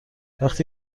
وقتی